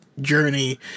journey